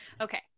okay